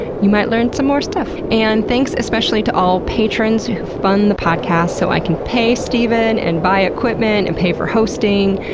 you might learn some more stuff. and thanks especially to all patrons who fund the podcast so i can pay steven, and buy equipment, and pay for hosting,